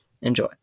Enjoy